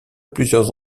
plusieurs